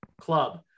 club